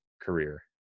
career